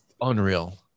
unreal